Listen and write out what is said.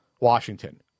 Washington